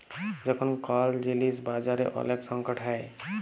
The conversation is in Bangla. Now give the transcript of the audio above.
যখল কল জিলিস বাজারে ওলেক সংকট হ্যয়